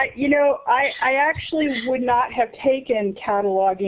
ah you know, i actually would not have taken cataloging